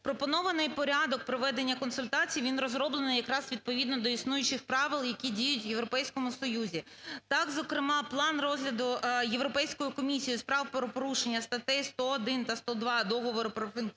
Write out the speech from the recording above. пропонований порядок проведення консультацій він розроблений якраз відповідно до існуючих правил, які діють в Європейському Союзі. Так, зокрема, план розгляду Європейською комісією справ про порушення статей 101 та 102 Договору про функціонування